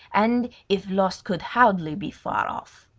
and, if lost, could hardly be far off.